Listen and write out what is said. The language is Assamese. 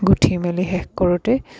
গুঠি মেলি শেষ কৰোঁতে